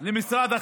למשרד החינוך: